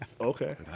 Okay